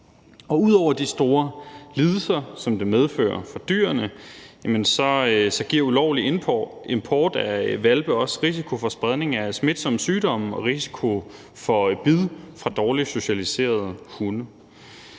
Ud over de store lidelser, som det medfører for dyrene, giver ulovlig import af hvalpe også risiko for spredning af smitsomme sygdomme og risiko for bid fra dårligt socialiserede hunde.